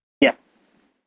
Yes